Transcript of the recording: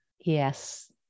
Yes